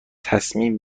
تصمیم